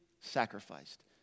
sacrificed